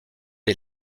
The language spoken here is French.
est